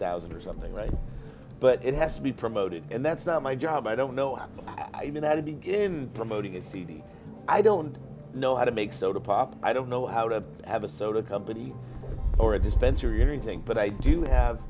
thousand or something right but it has to be promoted and that's not my job i don't know how i do that to begin promoting a cd i don't know how to make soda pop i don't know how to have a soda company or a dispensary anything but i do have